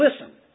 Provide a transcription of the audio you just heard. listen